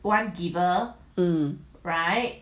um